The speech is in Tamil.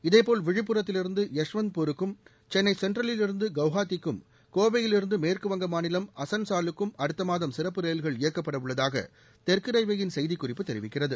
இதேபோல் விழுப்புரத்திலிருந்து யஸ்வந்த்பூருக்கும் சென்னை சென்ட்ரலிலிருந்து கவுகாத்திக்கும் கோவையிலிருந்து மேற்குவங்க மாநிலம் அசன்சாலுக்கும் அடுத்த மாதம் சிறப்பு ரயில்கள் இயக்கப்படவுள்ளதாக தெற்கு ரயில்வேயின் செய்திக்குறிப்பு தெரிவிக்கிறது